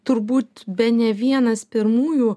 turbūt bene vienas pirmųjų